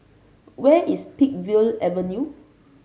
where is Peakville Avenue